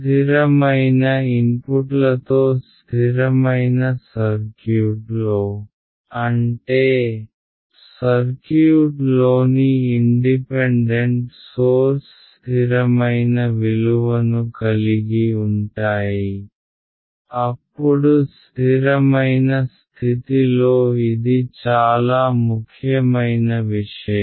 స్ధిరమైన ఇన్పుట్లతో స్ధిరమైన సర్క్యూట్లో అంటే సర్క్యూట్లోని ఇండిపెండెంట్ సోర్స్ స్ధిరమైన విలువను కలిగి ఉంటాయి అప్పుడు స్ధిరమైన స్థితిలో ఇది చాలా ముఖ్యమైన విషయం